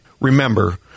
Remember